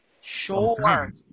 Sure